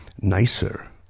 nicer